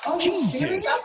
Jesus